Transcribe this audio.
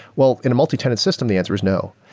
well, in a multitenant system, the answer is no.